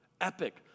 Epic